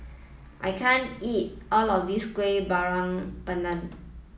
I can't eat all of this Kueh Bakar Pandan